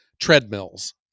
treadmills